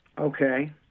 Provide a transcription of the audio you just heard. Okay